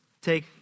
Take